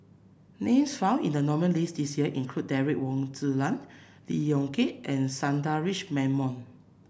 names found in the nominees' list this year include Derek Wong Zi Liang Lee Yong Kiat and Sundaresh Menon